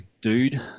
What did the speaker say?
dude